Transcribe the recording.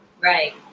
Right